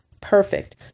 perfect